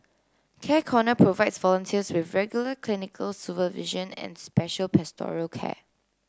Care Corner provides volunteers with regular clinical supervision and special pastoral care